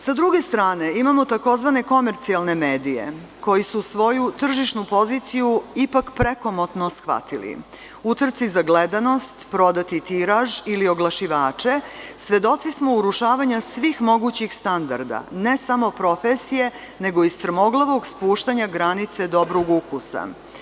Sa druge strane, imamo tzv. komercijalne medije koji su svoju tržišnu poziciju ipak prekomotno shvatili, u trci za gledanost, prodati tiraž, ili oglašivače, a svedoci smo urušavanja svih mogućih standarda, ne samo profesije, nego i strmoglavog spuštanja granice dobrog ukusa.